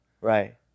Right